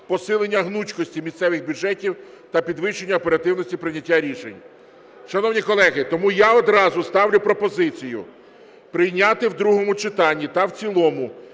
посилення гнучкості місцевих бюджетів та підвищення оперативності прийняття рішень. Шановні колеги, тому я одразу ставлю пропозицію прийняти в другому читанні та в цілому